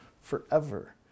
forever